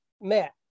met